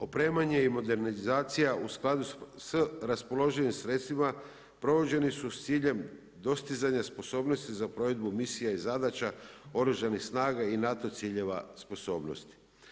Opremanje i modernizacija u skladu s raspoloživim sredstvima provođeni su s ciljem dostizanja sposobnosti za provedbu misija i zadaća Oružanih snaga i na to ciljeva sposobnosti.